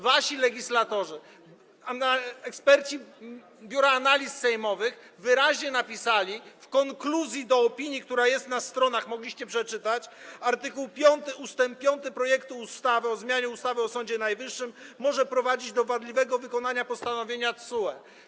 Wasi legislatorzy, eksperci Biura Analiz Sejmowych, wyraźnie napisali w konkluzji opinii, która jest na stronach, mogliście ją przeczytać: art. 5 ust. 5 projektu ustawy o zmianie ustawy o Sądzie Najwyższym może prowadzić do wadliwego wykonania postanowienia TSUE.